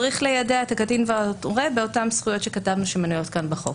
צריך ליידע את הקטין ואת ההורה באותן זכויות שכתבנו שמנויות כאן בחוק.